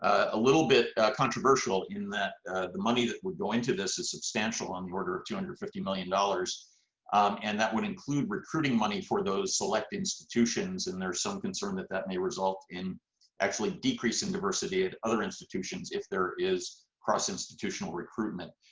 a little bit controversial in that the money that would go into this is substantial on the order of two hundred and fifty million dollars um and that would include recruiting money for those select institutions and there's some concern that that may result in actually decreasing diversity at other institutions, if there is cross-institutional recruitment.